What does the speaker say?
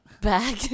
back